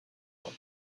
ans